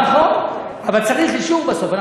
נכון, אבל צריך אישור בסוף.